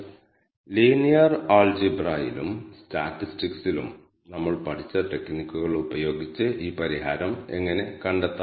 പരിസ്ഥിതിയിൽ നിന്ന് എല്ലാ വേരിയബിളുകളും ക്ലിയർ ചെയ്യാൻ നിങ്ങൾക്ക് ബ്രഷ് ബട്ടൺ നന്നായി ഉപയോഗിക്കാം